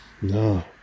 No